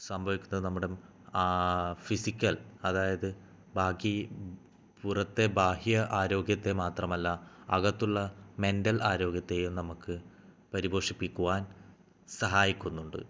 സംഭവിക്കുന്നത് നമ്മുടെ ഫിസിക്കൽ അതായത് ബാക്കി പുറത്തെ ബാഹ്യ ആരോഗ്യത്തെ മാത്രമല്ല അകത്തുള്ള മെൻ്റൽ ആരോഗ്യത്തെയും നമുക്ക് പരിപോഷിപ്പിക്കുവാൻ സഹായിക്കുന്നുണ്ട്